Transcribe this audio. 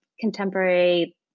contemporary